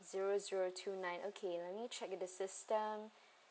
zero zero two nine okay let me check with the system